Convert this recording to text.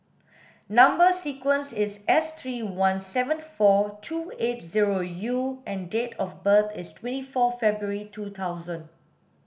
number sequence is S three one seven four two eight zero U and date of birth is twenty four February two thousand